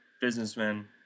businessman